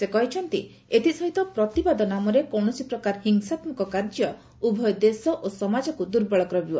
ସେ କହିଛନ୍ତି ଏଥିସହିତ ପ୍ରତିବାଦ ନାମରେ କୌଣସି ପ୍ରକାର ହିଂସାତ୍କକ କାର୍ଯ୍ୟ ଉଭୟ ଦେଶ ଓ ସମାଜକୁ ଦୁର୍ବଳ କରିବ